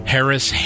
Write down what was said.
Harris